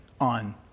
on